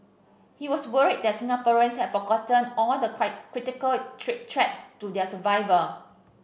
he was worried that Singaporeans had forgotten all the critical treat threats to their survival